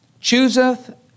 chooseth